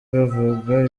bavuga